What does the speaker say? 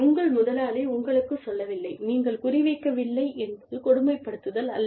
உங்கள் முதலாளி உங்களுக்குச் சொல்லவில்லை நீங்கள் குறிவைக்கவில்லை என்பது கொடுமைப்படுத்துதல் அல்ல